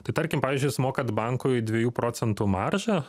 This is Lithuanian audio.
tai tarkim pavyzdžiui jūs mokant bankui dviejų procentų maržą